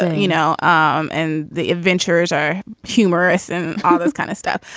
ah you know, um and the adventures are humorous and all those kind of stuff.